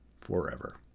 forever